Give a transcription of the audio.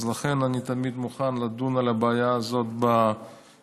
אז לכן אני תמיד מוכן לדון בבעיה הזאת בכנות,